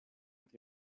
with